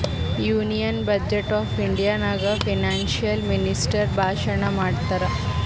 union budget of India ನಾಗ್ financial minister ಭಾಷಣ್ ಮಾಡ್ತಾರ್